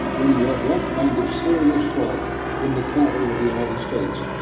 when you have that kind of serious talk in the capitol of the united states.